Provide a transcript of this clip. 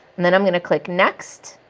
and then i'm going to click next.